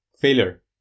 failure